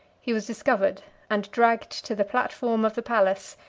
he was discovered and dragged to the platform of the palace,